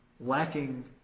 lacking